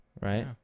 right